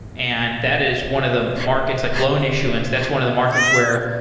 and that is one of the markets, like loan issuance. that's one of the markets where,